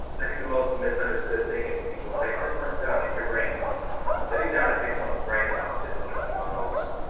i think the most misunderstood thing is when people say, i just want to sit down and pick your brain sitting down to pick someone's brain is often one of the most